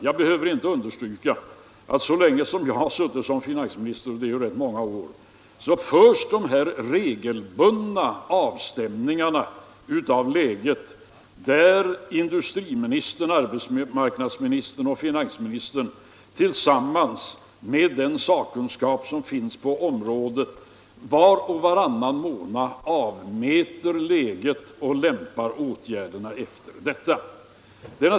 Jag behöver inte understryka att så länge som jag har suttit som finansminister — det är rätt många år — har regelbundna avstämningar gjorts av läget, där industriministern, arbetsmarknadsministern och finansministern tillsammans med den sakkunskap som finns på området var och varannan månad avmäter läget och lämpar åtgärderna efter detta.